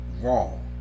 wrong